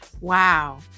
wow